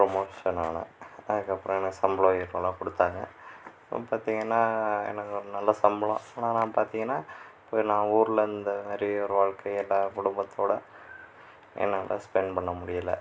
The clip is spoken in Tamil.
ப்ரொமோஷன் ஆனேன் அதுக்கப்பறம் எனக்கு சம்பளம் ஈக்குவலாக கொடுத்தாங்க பார்த்தீங்கன்னா எனக்கு ஒரு நல்ல சம்பளம் ஆனால் நான் பார்த்தீங்கன்னா இப்போ நான் ஊரில் இந்த மாதிரி ஒரு வாழ்க்கையை எல்லாரோடய குடும்பத்தோடு என்னால் ஸ்பெண்ட் பண்ண முடியலை